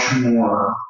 more